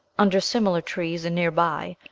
under similar trees and near by,